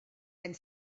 and